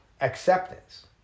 acceptance